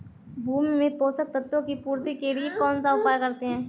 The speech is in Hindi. भूमि में पोषक तत्वों की पूर्ति के लिए कौनसा उपाय करते हैं?